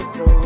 no